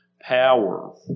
power